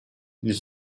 ils